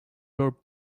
were